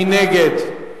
מי נגד?